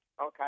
Okay